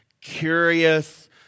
curious